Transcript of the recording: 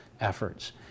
efforts